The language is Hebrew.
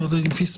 עו"ד מררי,